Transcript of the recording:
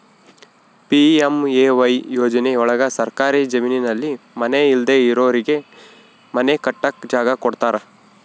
PMAY ಯೋಜನೆ ಒಳಗ ಸರ್ಕಾರಿ ಜಮೀನಲ್ಲಿ ಮನೆ ಇಲ್ದೆ ಇರೋರಿಗೆ ಮನೆ ಕಟ್ಟಕ್ ಜಾಗ ಕೊಡ್ತಾರ